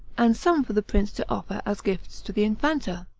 and some for the prince to offer as gifts to the infanta.